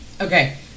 Okay